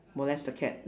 molest the cat